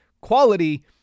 Quality